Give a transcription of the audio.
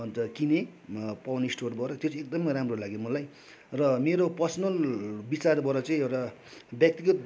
अन्त किनेँ पवन स्टोरबाट त्यो चाहिँ एकदमै राम्रो लाग्यो मलाई र मेरो पर्सनल विचारबाट चाहिँ एउटा व्यक्तिगत